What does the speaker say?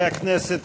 הכנסת,